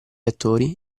attori